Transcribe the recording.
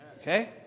Okay